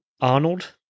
Arnold